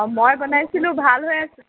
অঁ মই বনাইছিলোঁ ভাল হৈ আছে